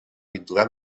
pintura